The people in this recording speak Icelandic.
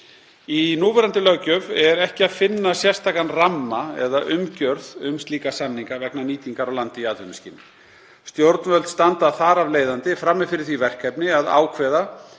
Í núverandi löggjöf er ekki að finna sérstakan ramma eða umgjörð um slíka samninga vegna nýtingar á landi í atvinnuskyni. Stjórnvöld standa þar af leiðandi frammi fyrir því verkefni að ákveða